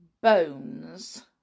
bones